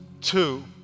two